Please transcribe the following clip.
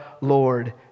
Lord